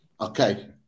okay